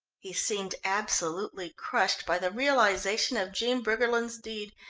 he seemed absolutely crushed by the realisation of jean briggerland's deed,